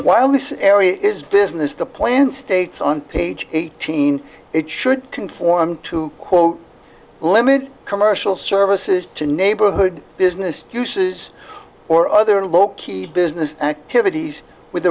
this area is business the plan states on page eighteen it should conform to quote limited commercial services to neighborhood business uses or other low key business activities with